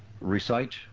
recite